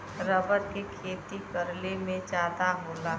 rubber के खेती केरल में जादा होला